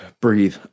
breathe